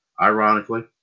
ironically